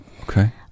okay